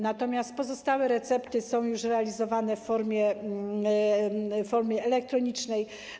Natomiast pozostałe recepty są już realizowane w formie elektronicznej.